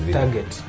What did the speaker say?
target